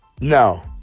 no